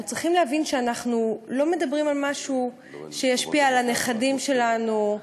אנחנו צריכים להבין שאנחנו לא מדברים על משהו שישפיע על הנכדים שלנו.